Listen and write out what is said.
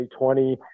2020